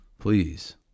Please